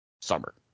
summer